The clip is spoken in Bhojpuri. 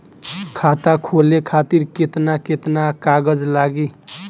खाता खोले खातिर केतना केतना कागज लागी?